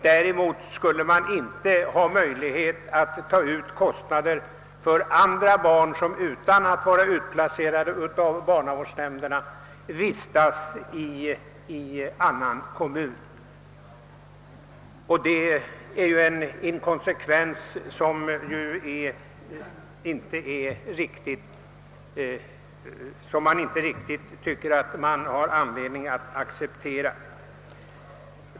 Däremot skulle det inte finnas möjlighet att ta ut kostnader för andra barn som utan att vara utplacerade av barnavårdsnämnderna vistas i annan kommun. Det är ju en inkonsekvens som det inte finns anledning att acceptera.